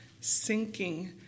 sinking